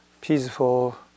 peaceful